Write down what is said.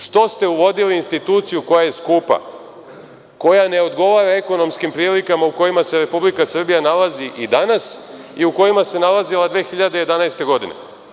Što ste uvodili instituciju koja je skupa, koja ne odgovara ekonomskim prilikama u kojima se Republika Srbija nalazi i danas i u kojima se nalazila 2011. godine.